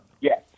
yes